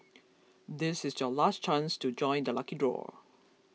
this is your last chance to join the lucky draw